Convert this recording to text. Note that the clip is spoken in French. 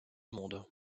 monde